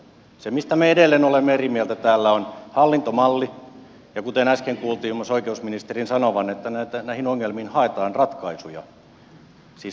se mistä me edelleen olemme eri mieltä täällä on hallintomalli ja kuten äsken kuultiin myös oikeusministerin sanovan näihin ongelmiin haetaan ratkaisuja siis hallintomallin ongelmiin